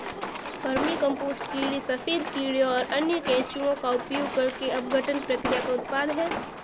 vermicompost कीड़े सफेद कीड़े और अन्य केंचुए का उपयोग करके अपघटन प्रक्रिया का उत्पाद है